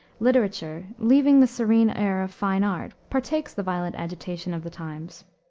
literature, leaving the serene air of fine art, partakes the violent agitation of the times.